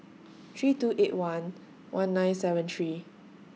three two eight one one nine seven three